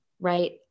Right